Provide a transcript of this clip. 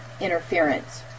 interference